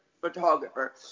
photographer